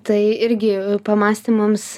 tai irgi pamąstymams